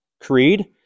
creed